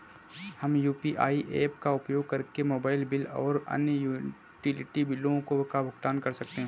हम UPI apps का उपयोग करके मोबाइल बिल और अन्य यूटिलिटी बिलों का भुगतान कर सकते हैं